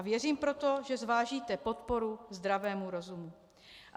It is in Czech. Věřím proto, že zvážíte podporu zdravému rozumu.